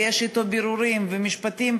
ויש אתו בירורים ומשפטים,